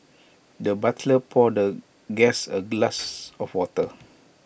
the butler poured guest A glass of water